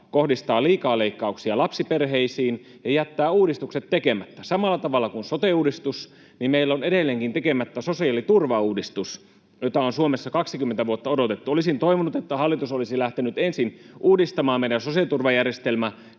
kohdistaa liikaa leikkauksia lapsiperheisiin ja jättää uudistukset tekemättä, vaikka samalla tavalla kuin sote-uudistus meillä on edelleenkin tekemättä sosiaaliturvauudistus, jota on Suomessa 20 vuotta odotettu. Olisin toivonut, että hallitus olisi lähtenyt ensin uudistamaan meidän sosiaaliturvajärjestelmämallia